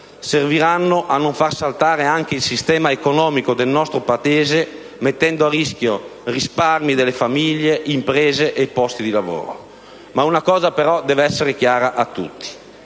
serviranno a non far saltare anche il sistema economico del nostro Paese, mettendo a rischio risparmi delle famiglie, imprese e posti di lavoro. Una cosa, però, deve essere chiara a tutti.